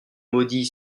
maudits